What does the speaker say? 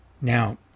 Now